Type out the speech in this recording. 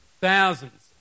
thousands